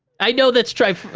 i know that's true,